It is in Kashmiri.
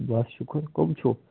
بَس شُکُر کٕم چھُو